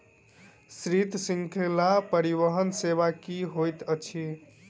शीत श्रृंखला परिवहन सेवा की होइत अछि?